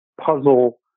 puzzle